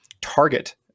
target